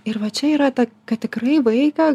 ir va čia yra ta kad tikrai vaiką